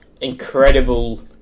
incredible